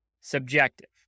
subjective